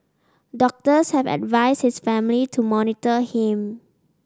doctors have advised his family to monitor him